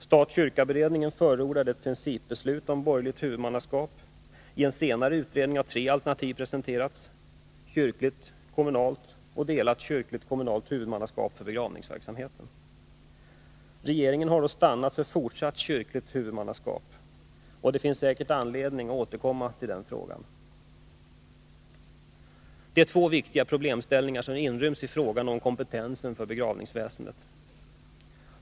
Stat-kyrka-beredningen förordade ett principbeslut om borgerligt huvudmannaskap. I en senare utredning har tre alternativ presenterats: kyrkligt, kommunalt och delat kyrkligt-kommunalt huvudmannaskap för begravningsverksamheten. Regeringen har dock stannat för fortsatt kyrkligt huvudmannaskap. Det finns säkert anledning att återkomma till denna fråga. Det är två viktiga problemställningar som inryms i frågan om kompetensen för begravningsväsendet.